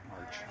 March